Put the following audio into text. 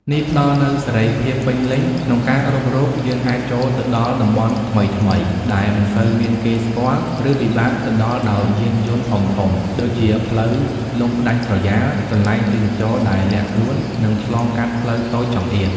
នេះផ្តល់នូវ សេរីភាពពេញលេញ ក្នុងការរុករ យើងអាចចូលទៅដល់ តំបន់ថ្មីៗ ដែលមិនសូវមានគេស្គាល់ ឬពិបាកទៅដល់ដោយយានយន្តធំៗ ដូចជា ផ្លូវលំដាច់ស្រយាល កន្លែងទេសចរណ៍ដែលលាក់ខ្លួន និងឆ្លងកាត់ផ្លូវតូចចង្អៀត។